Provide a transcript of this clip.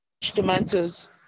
tomatoes